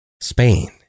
Spain